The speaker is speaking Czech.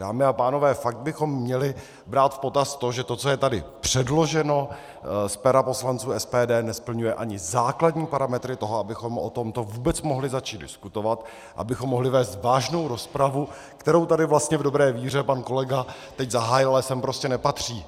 Dámy a pánové, fakt bychom měli brát v potaz to, že to, co je tady předloženo z pera poslanců SPD, nesplňuje ani základní parametry toho, abychom o tomto vůbec mohli začít diskutovat, abychom mohli vést vážnou rozpravu, kterou tady vlastně v dobré víře pan kolega teď zahájil, ale sem prostě nepatří.